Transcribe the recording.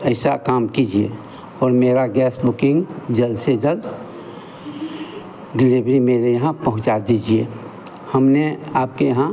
ऐसा काम किजिए और मेरा गैस बुकिंग जल्द से जल्द डिलेवरी मेरे यहाँ पहुँचा दीजिए हमने आपके यहाँ